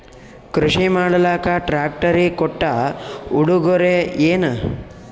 ಕೃಷಿ ಮಾಡಲಾಕ ಟ್ರಾಕ್ಟರಿ ಕೊಟ್ಟ ಉಡುಗೊರೆಯೇನ?